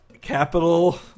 Capital